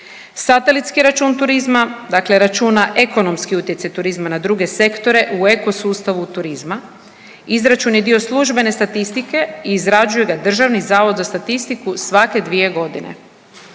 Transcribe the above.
Satelitski račun turizma dakle računa ekonomski utjecaj turizma na druge sektore u ekosustavu turizma. Izračun je dio službene statistike i izrađuje ga Državni zavod za statistiku svake 2 godine.